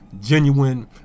genuine